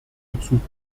bezug